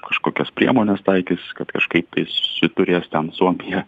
kažkokias priemones taikys kad kažkaip tai suturės ten suomija